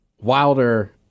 Wilder